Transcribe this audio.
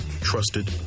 trusted